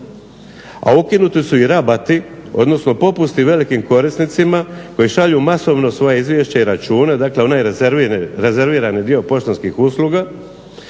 A ukinuti su i rabati, odnosno popusti velikim korisnicima koji šalju masovno svoja izvješća i račune, dakle onaj rezervirani dio poštanskih usluga